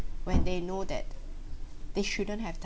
when they know that they shouldn't have